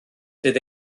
fydd